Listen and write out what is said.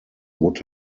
would